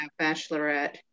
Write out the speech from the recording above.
bachelorette